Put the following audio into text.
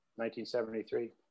1973